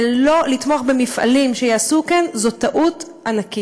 ולא לתמוך במפעלים שיעשו כן זה טעות ענקית.